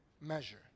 measure